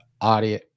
audio